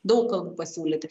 daug kalbų pasiūlyti